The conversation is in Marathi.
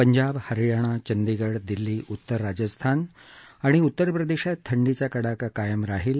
पंजाब हरयाणा चंदीगढ दिल्ली उत्तर राजस्थान आणि उत्तर प्रदेशात थंडीचा कडाका कायम राहील